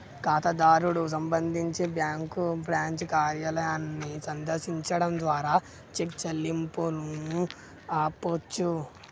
ఖాతాదారుడు సంబంధించి bank branch కార్యాలయాన్ని సందర్శించడం ద్వారా చెక్ చెల్లింపును ఆపొచ్చు